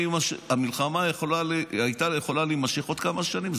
המלחמה הייתה יכולה להימשך עוד כמה שנים,